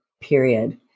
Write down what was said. period